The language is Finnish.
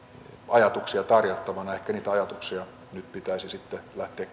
ajatuksia tarjottavana ehkä niitä ajatuksia nyt pitäisi sitten lähteä